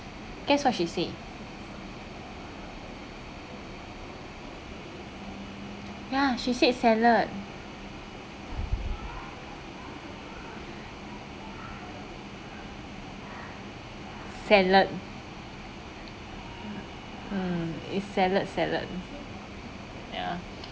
guess what she say ya she said salad salad mm it's salad salad ya